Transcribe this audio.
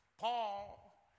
Paul